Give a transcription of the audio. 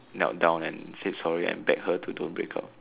knelt down and said sorry and begged her to don't break up